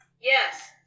Yes